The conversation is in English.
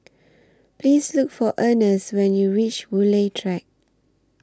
Please Look For Ernest when YOU REACH Woodleigh Track